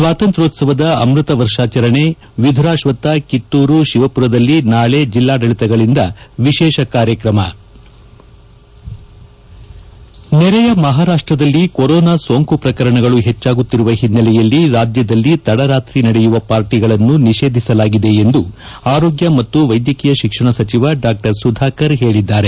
ಸ್ವಾತ್ರಂತ್ರೋತ್ಸವದ ಅಮೃತ ವರ್ಷಾಚರಣೆ ವಿಧುರಾಶ್ವತ್ತ ಕಿತ್ತೂರು ಶಿವಪುರದಲ್ಲಿ ನಾಳಿ ಜಿಲ್ಲಾಡಳಿತಗಳಿಂದ ವಿಶೇಷ ಕಾರ್ಯಕ್ರಮ ನೆರೆಯ ಮಹಾರಾಷ್ಟ್ದಲ್ಲಿ ಕೊರೊನಾ ಸೋಂಕು ಪ್ರಕರಣಗಳು ಹೆಚ್ಚಾಗುತ್ತಿರುವ ಹಿನ್ನೆಲೆಯಲ್ಲಿ ರಾಜ್ಯದಲ್ಲಿ ತಡರಾತ್ರಿ ನಡೆಯುವ ಪಾರ್ಟಿಗಳನ್ನು ನಿಷೇಧಿಸಲಾಗಿದೆ ಎಂದು ಆರೋಗ್ಯ ಮತ್ತು ವೈದ್ಯಕೀಯ ಶಿಕ್ಷಣ ಸಚಿವ ಡಾ ಸುಧಾಕರ್ ಹೇಳಿದ್ದಾರೆ